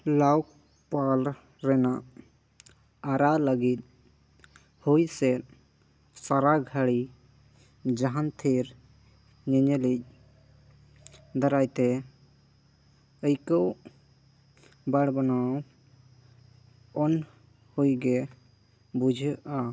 ᱞᱟᱣᱚᱠ ᱯᱟᱞ ᱨᱮᱱᱟᱜ ᱟᱨᱟ ᱞᱟᱹᱜᱤᱫ ᱦᱩᱭᱥᱮᱫ ᱥᱟᱨᱟ ᱜᱷᱟᱹᱲᱤᱡ ᱡᱟᱦᱟᱱ ᱛᱷᱤᱨ ᱧᱮᱧᱮᱞᱤᱡ ᱫᱟᱨᱟᱭᱛᱮ ᱟᱹᱭᱠᱟᱹᱣ ᱵᱟᱲᱵᱟᱱᱟᱣ ᱩᱱᱦᱩᱭᱜᱮ ᱵᱩᱡᱷᱟᱹᱜᱼᱟ